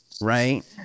right